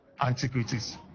antiquities